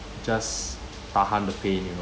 just tahan the pain you know